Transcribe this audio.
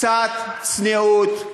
אז אני רוצה לומר לך: קצת צניעות.